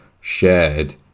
shared